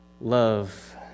love